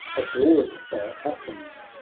adored by athens,